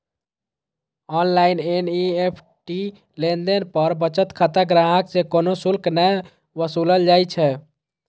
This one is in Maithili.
ऑनलाइन एन.ई.एफ.टी लेनदेन पर बचत खाता ग्राहक सं कोनो शुल्क नै वसूलल जाइ छै